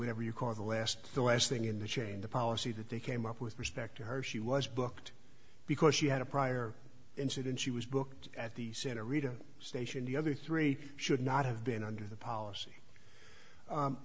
whenever you call the last the last thing in the chain the policy that they came up with respect to her she was booked because she had a prior incident she was booked at the santa rita station the other three should not have been under the policy